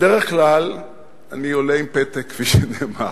בדרך כלל אני עולה עם פתק, כפי שנאמר,